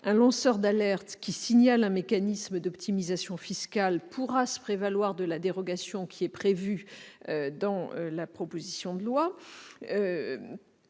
un lanceur d'alerte qui signale un mécanisme d'optimisation fiscale pourra se prévaloir de la dérogation qui est prévue dans la proposition de loi